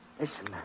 Listen